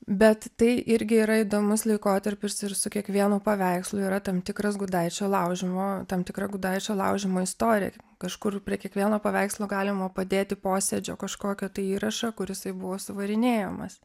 bet tai irgi yra įdomus laikotarpis ir su kiekvienu paveikslu yra tam tikras gudaičio laužymo tam tikra gudaičio laužymo istorija kažkur prie kiekvieno paveikslo galima padėti posėdžio kažkokio tai įrašą kur jisai buvo suvarinėjamas